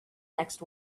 next